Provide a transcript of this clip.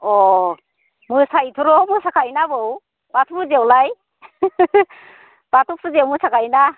अ मोसायोथ' र' मोसा खायोना आबौ बाथौ फुजायावलाय बाथौ फुजायाव मोसाखायोना